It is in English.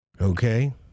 Okay